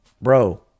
bro